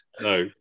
No